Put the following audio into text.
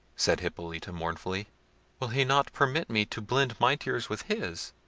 said hippolita mournfully will he not permit me to blend my tears with his,